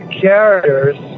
characters